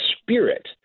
spirit